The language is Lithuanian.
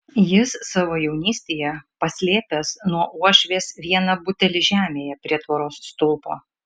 jis savo jaunystėje paslėpęs nuo uošvės vieną butelį žemėje prie tvoros stulpo